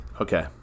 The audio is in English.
Okay